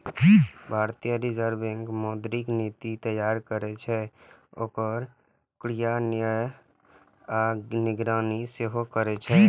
भारतीय reserve bank मौद्रिक नीति तैयार करै छै, ओकर क्रियान्वयन आ निगरानी सेहो करै छै